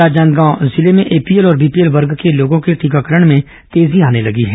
राजनांदगांव जिले में एपीएल और बीपीएल वर्ग के लोगों के टीकाकरण में तेजी आने लगी है